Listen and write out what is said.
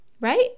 right